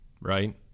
right